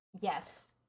yes